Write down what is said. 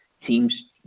teams